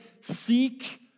seek